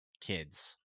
kids